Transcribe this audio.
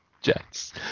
Jets